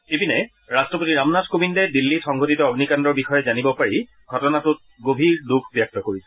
ইপিনে ৰাট্টপতি ৰামনাথ কোবিন্দে দিল্লীত সংঘটিত অগ্নিকাণ্ডৰ বিষয়ে জানিব পাৰি ঘটনাটোত গভীৰ ব্যক্ত কৰিছে